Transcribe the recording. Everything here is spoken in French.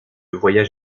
voyage